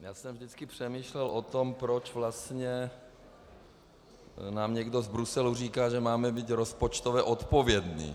Já jsem vždycky přemýšlel o tom, proč vlastně nám někdo z Bruselu říká, že máme být rozpočtově odpovědní.